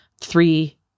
three